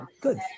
Good